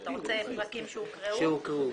אתה רוצה פרקים שהוקראו?